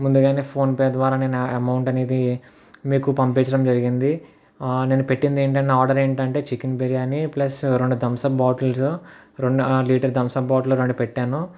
ముందుగానే ఫోన్పే ద్వారా నేను అమౌంట్ అనేది మీకు పంపించడం జరిగింది నేను పెట్టింది ఏంటి అంటే నా ఆర్డర్ ఏంటి అంటే చికెన్ బిర్యానీ ప్లస్ రెండు థమ్స్అప్ బాటిల్స్ రెండు లీటర్ థమ్స్అప్ బాటిలు రెండు పెట్టాను